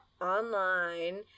online